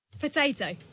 Potato